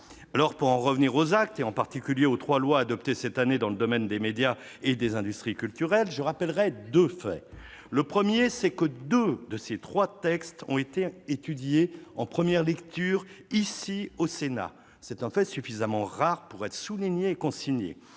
Pour en revenir aux actes, en particulier aux trois lois adoptées cette année dans le domaine des médias et des industries culturelles, je rappellerai deux faits. Le premier est que deux de ces trois textes ont été étudiés en première lecture au Sénat. C'est un fait suffisamment rare pour être souligné et consigné.